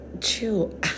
chill